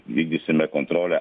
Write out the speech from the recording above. vykdysime kontrolę